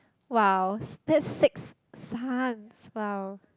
!wow! that's six sons !wow!